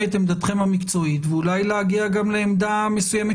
את עמדתכם המקצועית ואולי גם להגיע לעמדה מסוימת